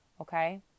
okay